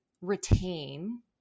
retain